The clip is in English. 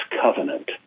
covenant